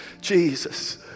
Jesus